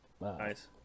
Nice